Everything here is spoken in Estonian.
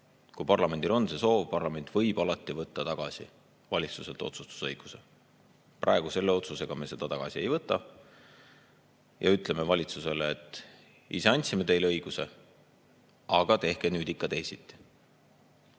Kui parlamendil on see soov, siis parlament võib alati valitsuselt otsustusõiguse tagasi võtta. Praegu selle otsusega me seda tagasi ei võta. Ja ütleme valitsusele, et ise andsime teile õiguse, aga tehke nüüd ikka teisiti. Nii